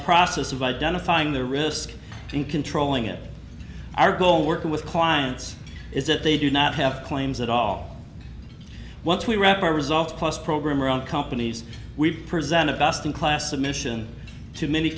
process of identifying the risk and controlling it our goal working with clients is that they do not have claims at all once we wrap our results plus programmer on companies we've presented best in class submission to many